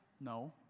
No